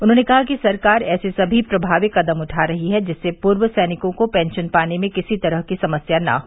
उन्होंने कहा कि सरकार ऐसे सभी प्रभावी कदम उठा रही है जिससे पूर्व सैनिकों को पेंशन पाने में किसी तरह की समस्या न हो